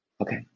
Okay